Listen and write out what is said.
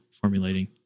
formulating